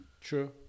True